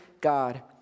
God